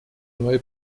neue